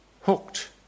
hooked